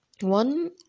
one